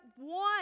one